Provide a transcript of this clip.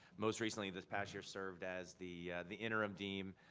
most recently this past year served as the the interim dean,